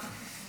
בבקשה.